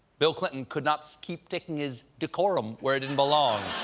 bill clinton could not so keep sticking his decorum where it didn't belong.